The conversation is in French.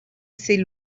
ses